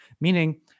meaning